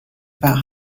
about